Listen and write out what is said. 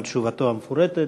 על תשובתו המפורטת.